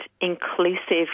inclusive